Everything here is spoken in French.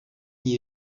n’y